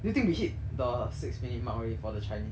do you think we hit the six minute mark already for the chinese